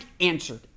answered